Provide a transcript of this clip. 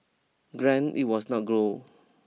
granted it was not grow